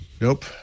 Nope